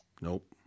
Nope